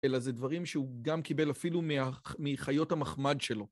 אלא זה דברים שהוא גם קיבל אפילו מחיות המחמד שלו.